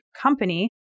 company